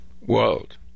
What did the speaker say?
world